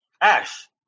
Ash